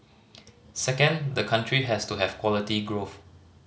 second the country has to have quality growth